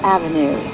Avenue